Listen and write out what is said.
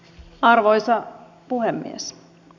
arvoisa puhemies